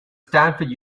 stanford